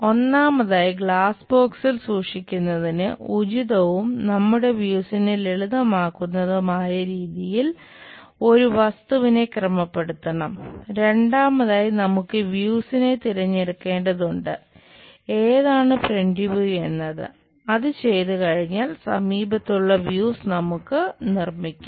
ഒന്നാമതായി ഗ്ലാസ് ബോക്സിൽ നമുക്ക് നിർമ്മിക്കാം